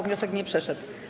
Wniosek nie przeszedł.